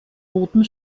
boten